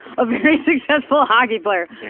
a very successful hockey player.